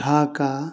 Dhaka